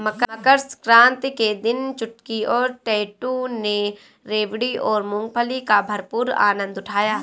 मकर सक्रांति के दिन चुटकी और टैटू ने रेवड़ी और मूंगफली का भरपूर आनंद उठाया